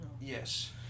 Yes